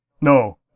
No